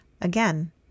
Again